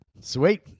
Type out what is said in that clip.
Sweet